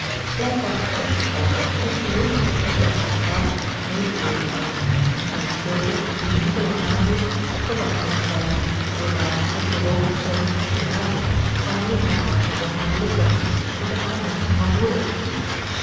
blijkbaar op het punt gestaan om iets bijzonders omtrent haar te vragen of mee te deelen na een stilte die minutenlang aanhield verbrak hij het zwijgen door haar met bewogen stem te vragen wanneer hij haar zou mogen geluk wenschen met de aanwinst van een broeder